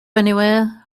anywhere